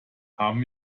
haben